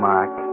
Mark